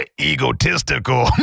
egotistical